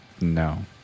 No